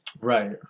Right